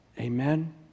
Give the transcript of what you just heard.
Amen